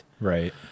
Right